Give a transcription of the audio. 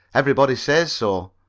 everybody says so,